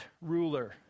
ruler